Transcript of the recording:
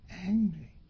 angry